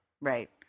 Right